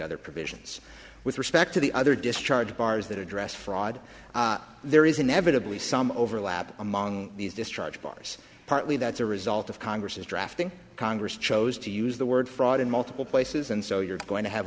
other provisions with respect to the other discharge bars that address fraud there is inevitably some overlap among these discharge bars partly that's a result of congress's drafting congress chose to use the word fraud in multiple places and so you're going to have